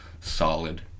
solid